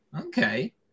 Okay